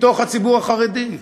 מתוך הציבור החרדי.